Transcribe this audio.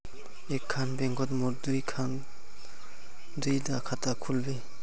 एक खान बैंकोत मोर दुई डा खाता खुल बे?